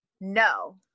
no